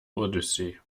odyssee